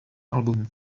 album